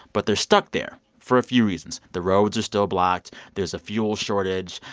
but they're stuck there for a few reasons. the roads are still blocked. there's a fuel shortage.